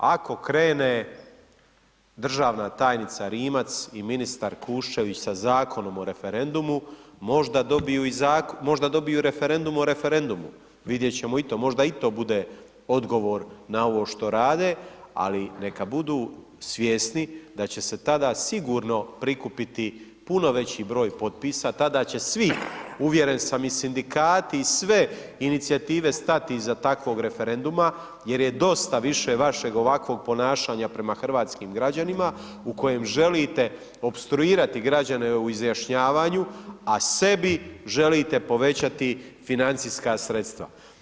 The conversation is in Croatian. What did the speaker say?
Ako krene državna tajnica Rimac i ministar Kuščević sa Zakonom o referendumu, možda dobiju referendum o referendumu, vidjet ćemo i to, možda i to bude odgovor na ovo što rade, ali, neka budu svjesni da će se tada sigurno prikupiti puno veći broj potpisa, tada će svi, uvjeren sam, i sindikati i sve inicijative stati iza takvog referenduma jer je dosta više vašeg ovakvog ponašanja prema hrvatskim građanima u kojem želite opstruirati građane u izjašnjavanju, a sebi želite povećati financijska sredstva.